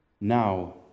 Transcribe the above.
now